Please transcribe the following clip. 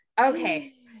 Okay